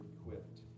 equipped